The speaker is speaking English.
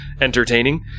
entertaining